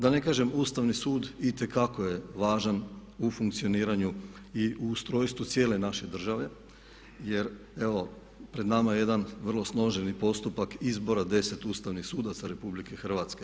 Da ne kažem, Ustavni sud itekako je važan u funkcioniranju i u ustrojstvu cijele naše države jer evo pred nama je jedan vrlo složeni postupak izbora 10 Ustavnih sudaca RH.